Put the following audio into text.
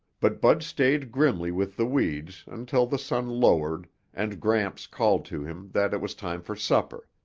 but bud stayed grimly with the weeds until the sun lowered and gramps called to him that it was time for supper.